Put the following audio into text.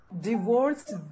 divorced